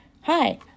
Hi